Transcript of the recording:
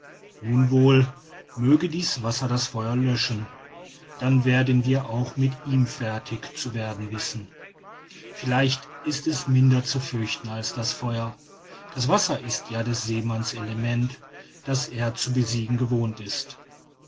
nun wohl möge dieses wasser das feuer löschen dann werden wir auch mit ihm fertig zu werden wissen vielleicht ist es minder zu fürchten als das feuer das wasser ist ja des seemanns element das er zu besiegen gewohnt ist